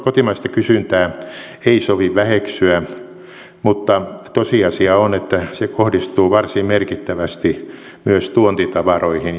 kotimaista kysyntää ei sovi väheksyä mutta tosiasia on että se kohdistuu varsin merkittävästi myös tuontitavaroihin ja palveluihin